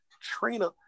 Trina